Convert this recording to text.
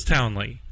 Townley